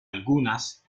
algunas